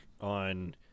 On